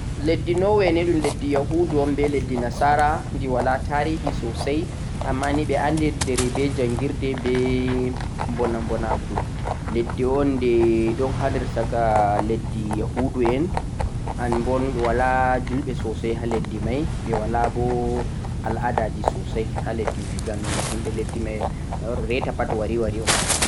leddi Norway ni ɗum leddi yahudu un be leddi nasara di wala tarihi sosai, amma ni ɓe andidiri be njangirde be bona mbonabonaku, leddi de ɗon woni har der saka leddi yahudu en and bo ɓe wala julɓe sosai ha leddi mai, ɓe wala bo al'adaji sosai ha mai ngam himɓe leddi mai reta pat wari wari un.